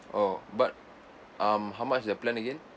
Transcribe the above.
oh but um how much the plan again